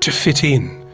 to fit in,